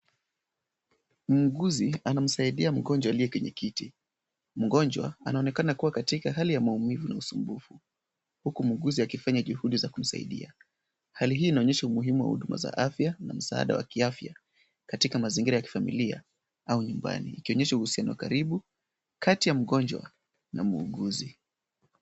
Muuguzi anamsaidia mgonjwa aliye kwenye kiti, mgonjwa anaonekana kuwa katika hali ya maumivu na usumbufu. Huku mguzi akifanya juhudi za kumsaidia. Hali hii inaonyesha umuhimu wa huduma za afya na msaada wa kiafya, katika mazingira ya kifamilia au nyumbani. Ikionyesha uhusiano wa karibu kati ya mgonjwa na muuguzi.